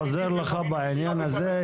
עוזר לך בעניין הזה,